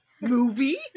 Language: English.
movie